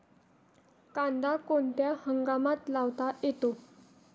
कांदा कोणत्या हंगामात लावता येतो?